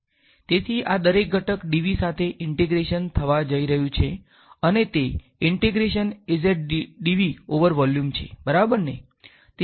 તેથી આ દરેક ઘટક dv સાથે ઈંટેગ્રેશન થવા જઈ રહ્યું છે અને તે બરાબર છે